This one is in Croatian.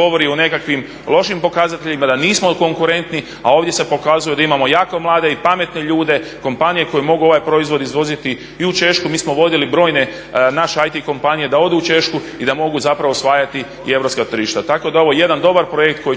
govori o nekakvim lošim pokazateljima, da nismo konkurentni, a ovdje se pokazuje da imamo jako mlade i pametne ljude, kompanije koje mogu ovaj proizvod izvoziti i u Češku. Mi smo vodili brojne naše IT kompanije da odu u Češku i da mogu zapravo osvajati i europska tržišta. Tako da je ovo jedan dobar projekt koji